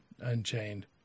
unchained